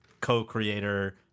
co-creator